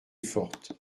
forte